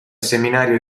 seminario